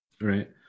right